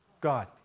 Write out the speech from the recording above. God